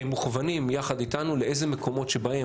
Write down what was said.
הם מוכוונים יחד איתנו לאיזה מקומות שבהם